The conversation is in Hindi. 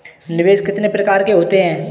निवेश कितने प्रकार के होते हैं?